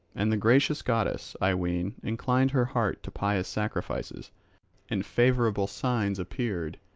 and the gracious goddess, i ween, inclined her heart to pious sacrifices and favourable signs appeared.